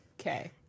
Okay